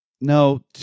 no